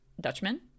Dutchman